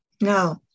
No